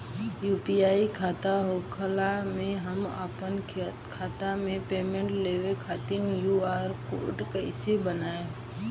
UPI खाता होखला मे हम आपन खाता मे पेमेंट लेवे खातिर क्यू.आर कोड कइसे बनाएम?